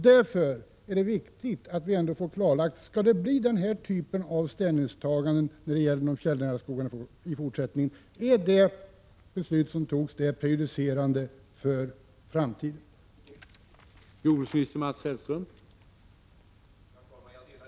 Därför är det viktigt att få klarlagt om det i fortsättningen skall bli denna typ av ställningstaganden när det gäller de fjällnära skogarna. Är det beslut som tagits prejudicerande för framtiden?